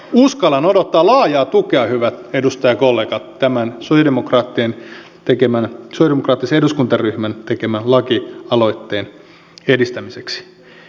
uskallan odottaa laajaa tukea hyvät edustajakollegat tämän sosialidemokraattisen eduskuntaryhmän tekemän lakialoitteen edistämiseksi